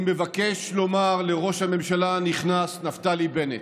אני מבקש לומר לראש הממשלה הנכנס נפתלי בנט: